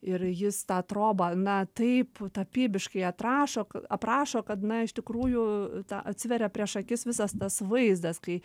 ir jis tą trobą na taip tapybiškai atrašo aprašo kad na iš tikrųjų ta atsiveria prieš akis visas tas vaizdas kai